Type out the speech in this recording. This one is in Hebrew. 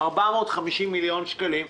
450 מיליון שקלים,